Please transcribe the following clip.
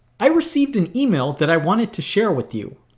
i received an email that i wanted to share with you.